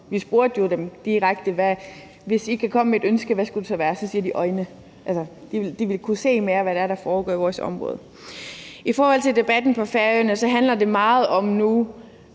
Vi spurgte dem jo direkte: Hvis I kan komme med et ønske, hvad skulle det så være? De sagde øjne, altså at de gerne ville kunne se mere af, hvad der foregår i færøsk område. I forhold til debatten på Færøerne nu handler det meget om,